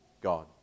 God